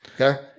okay